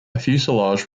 fuselage